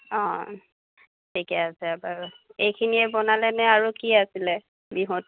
অঁ ঠিকে আছে বাৰু এইখিনিয়ে বনালেনে আৰু কি আছিলে বিহুত